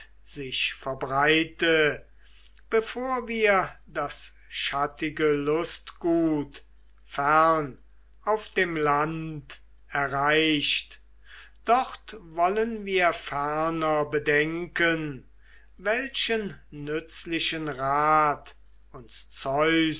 sich verbreite bevor wir das schattige lustgut fern auf dem land erreicht dort wollen wir ferner bedenken welchen nützlichen rat uns zeus